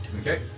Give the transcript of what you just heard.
Okay